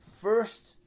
first